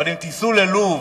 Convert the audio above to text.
אבל אם תיסעו ללוב,